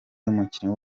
umukinnyi